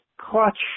clutch